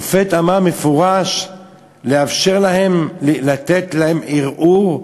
השופט אמר במפורש לאפשר להם, לתת להם ערעור,